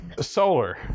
Solar